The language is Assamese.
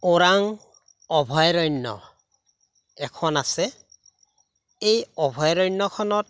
ওৰাং অভয়াৰণ্য এখন আছে এই অভয়াৰণ্যখনত